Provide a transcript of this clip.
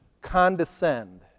condescend